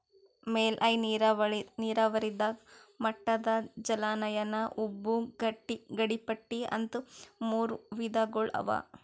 ಮೇಲ್ಮೈ ನೀರಾವರಿದಾಗ ಮಟ್ಟದ ಜಲಾನಯನ ಉಬ್ಬು ಗಡಿಪಟ್ಟಿ ಅಂತ್ ಮೂರ್ ವಿಧಗೊಳ್ ಅವಾ